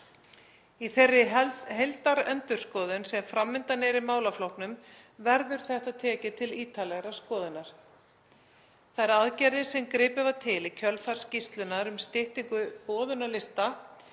Í þeirri heildarendurskoðun sem fram undan er í málaflokknum verður þetta tekið til ítarlegrar skoðunar. Þær aðgerðir sem gripið var til í kjölfar skýrslunnar um styttingu boðunarlista